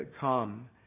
come